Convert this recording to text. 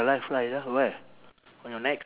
life line ah where on your neck